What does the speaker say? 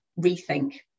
rethink